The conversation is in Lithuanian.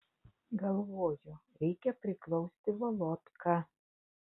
galvoju reikia priglausti volodką